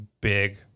big